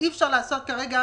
אי-אפשר לתת כרגע